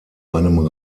einem